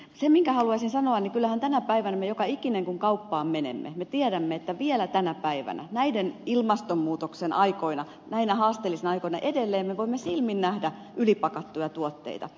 se minkä haluaisin sanoa niin kyllähän tänä päivänä me joka ikinen kun kauppaan menemme tiedämme että vielä tänä päivänä näinä ilmastonmuutosten aikoina näinä haasteellisina aikoina edelleen me voimme silmin nähdä ylipakattuja tuotteita